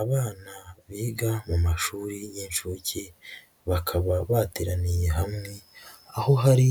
Abana biga mu mashuri y'inshuke bakaba bateraniye hamwe, aho hari